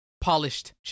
polished